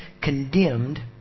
condemned